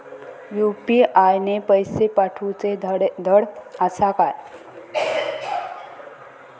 UPI ने पैशे पाठवूचे धड आसा काय?